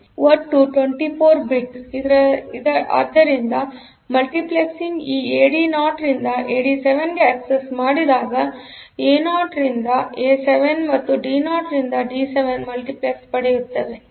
ಆದ್ದರಿಂದ ಒಟ್ಟು 24 ಬಿಟ್ಆದ್ದರಿಂದ ಮಲ್ಟಿಪ್ಲೆಕ್ಸ್ಡ್ ಈ ಎಡಿ 0 ರಿಂದ ಎಡಿ 7 ಗೆ ಆಕ್ಸೆಸ್ ಮಾಡಿದಾಗ ಎ0 ರಿಂದ ಎ 7 ಮತ್ತು ಡಿ 0 ರಿಂದ ಡಿ 7 ಮಲ್ಟಿಪ್ಲೆಕ್ಸ್ ಪಡೆಯುತ್ತೇವೆ